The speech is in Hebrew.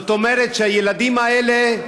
זאת אומרת שהילדים האלה,